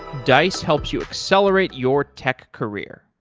dice helps you accelerate your tech career.